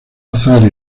azar